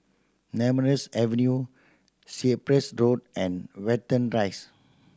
Nemesu Avenue Cyprus Road and Watten Rise